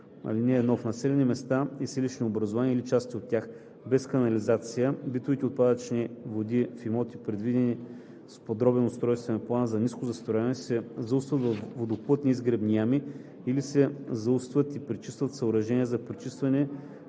„(1) В населени места и селищни образувания или в части от тях без канализация битовите отпадъчни води в имоти, предвидени с подробен устройствен план за ниско застрояване, се заустват във водоплътни изгребни ями или се заустват и пречистват в съоръжения за пречистване